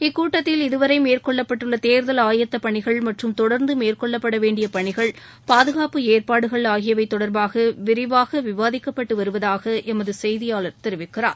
இக்கூட்டத்தில் இதுவரைமேற்கொள்ளப்பட்டுள்ளதேர்தல் தொடர்ந்துமேற்கொள்ளப்படவேண்டியபணிகள் பாதுகாப்பு ஏற்பாடுகள் ஆகியவைதொடர்பாகவிரிவாகவிவாதிக்கப்பட்டுவருவதாகளமதுசெய்தியாளர் தெரிவிக்கிறார்